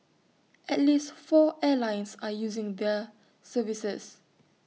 at least four airlines are using their services